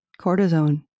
Cortisone